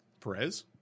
Perez